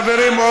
חברים,